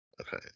Okay